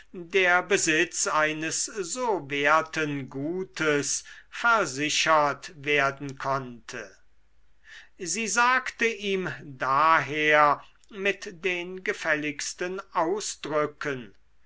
der besitz eines so werten gutes versichert werden konnte sie sagte ihm daher mit den gefälligsten ausdrücken